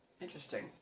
Interesting